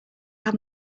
have